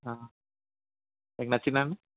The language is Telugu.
మీకు నచ్చిందా అండి